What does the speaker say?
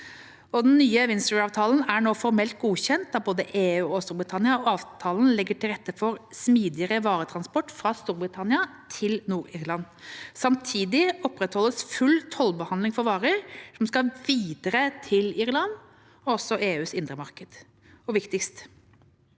Den nye Windsor-avtalen er nå formelt godkjent av både EU og Storbritannia, og avtalen legger til rette for smidigere varetransport fra Storbritannia til Nord-Irland. Samtidig opprettholdes full tollbehandling for varer som skal videre til Irland og EUs indre marked. Og viktigst: